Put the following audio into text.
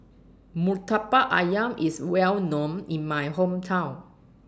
Murtabak Ayam IS Well known in My Hometown